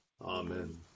Amen